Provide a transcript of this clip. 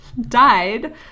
died